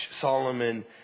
Solomon